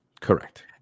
Correct